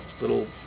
Little